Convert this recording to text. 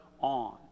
on